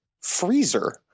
freezer